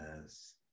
Yes